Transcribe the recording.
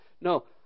No